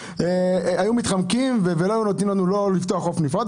הן היו מתחמקות ולא נותנות לנו לפתוח חוף נפרד.